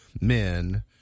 men